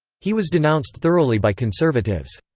he was denounced thoroughly by conservatives.